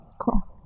Cool